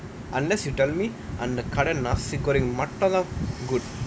unless you tell me அந்த கடைல:antha kadaila nasi goreng mutton now good